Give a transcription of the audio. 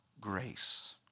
grace